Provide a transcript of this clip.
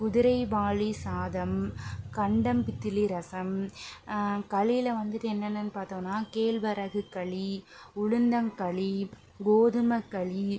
குதிரைவாலி சாதம் கண்டம்பித்திலி ரசம் களியில் வந்துட்டு என்னனன்னு பார்த்தோம்னா கேழ்வரகு களி உளுந்தங்களி கோதுமை களி